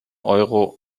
euro